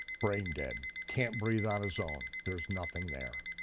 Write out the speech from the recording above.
brain dead, can't breath on his own, there's nothing there.